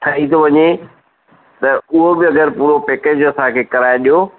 ठही थो वञे त उहो बि अगरि पुरो पैकेज असांखे कराए ॾियो